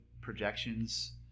projections